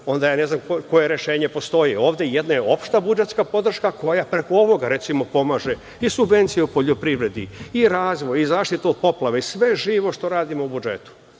onda ne znam koje rešenje postoji. Jedna je opšta budžetska podrška koja preko ovoga recimo pomaže i subvencije u poljoprivredi i razvoj i zaštitu od poplava i sve živo što radimo u budžetu.